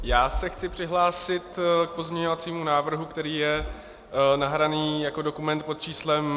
Já se chci přihlásit k pozměňovacímu návrhu, který je nahraný jako dokument pod číslem 1891.